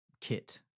kit